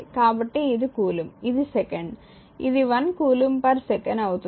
కాబట్టి ఇది కూలంబ్ ఇది సెకండ్ ఇది 1 కూలుంబ్ సెకను అవుతుంది